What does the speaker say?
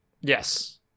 Yes